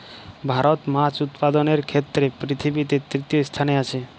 ভারত মাছ উৎপাদনের ক্ষেত্রে পৃথিবীতে তৃতীয় স্থানে আছে